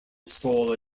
stole